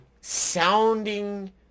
sounding